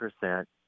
percent